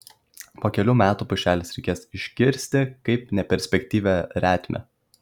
po kelių metų pušeles reikės iškirsti kaip neperspektyvią retmę